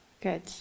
Good